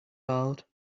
out